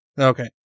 Okay